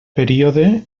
període